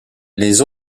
les